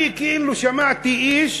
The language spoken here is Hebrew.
אני כאילו שמעתי איש